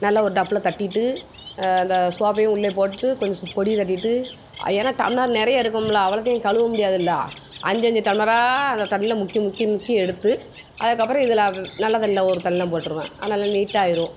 நல்ல ஒரு டப்பில் தட்டிவிட்டு அந்த சோப்பையும் உள்ளே போட்டு கொஞ்சம் பொடியை தட்டிவிட்டு ஏன்னா டம்ளர் நிறைய இருக்கும்ல அவ்வளோத்தையும் கழுவ முடியாதுல்ல அஞ்சு அஞ்சு டம்ளராக அந்த தண்ணியில முக்கி முக்கி முக்கி எடுத்து அதற்கப்பறம் இதில் நல்ல தண்ணியில ஒரு போட்டுருவேன் அதனால நீட்டாக ஆயிரும்